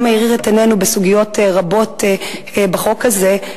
שגם האיר את עינינו בסוגיות רבות בחוק הזה,